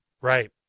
right